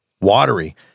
watery